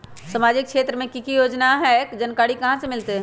सामाजिक क्षेत्र मे कि की योजना है जानकारी कहाँ से मिलतै?